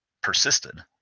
persisted